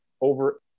Over